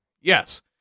Yes